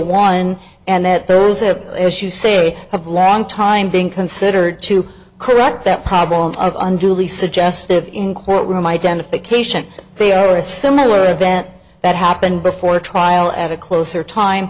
one and that there is a as you say of lang time being considered to correct that problem of unduly suggestive in court room identification they are a similar event that happened before trial at a closer time